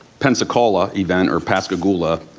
pensacola event, or pascagoula,